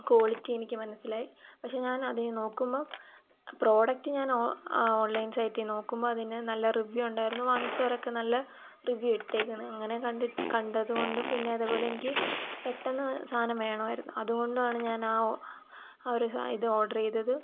quality എനിക്ക് മനസ്സിലായി പക്ഷെ ഞാൻ അതിൽ നോക്കുമ്പം പ്രോഡക്റ്റ് ഞാൻ ഒൺലൈൻ സൈറ്റിൽ നോക്കുമ്പോൾ അതിന് നല്ല റിവ്യൂ ഉണ്ടായിരുന്നു വാങ്ങിച്ചവരൊക്കെ നല്ല റിവ്യു ആണ് ഇട്ടേക്കുന്നത് അങ്ങനെ കണ്ടിട്ട് കണ്ടത് കൊണ്ടും പിന്നെ അതെപോലെ എനിക്ക് പെട്ടെന്ന് സാധനം വേണമാവായിരുന്നു അതുകൊണ്ടുമാണ് ഞാനാ അവരെ ഇത് ഓഡർ ചെയ്തത്